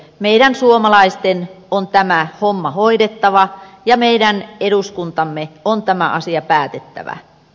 meidän suomalaisten on tämä homma hoidettava ja meidän eduskuntamme on tämä asia päätettävä